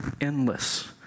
endless